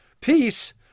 Peace